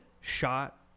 shot